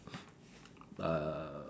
uh